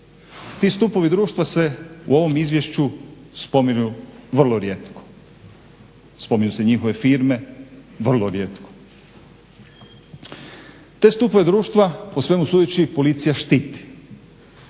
Ti stupovi društva se u ovom Izvješću spominju vrlo rijetko. Spominju se njihove firme vrlo rijetko. Te stupove društva po svemu sudeći policija štiti.